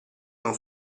non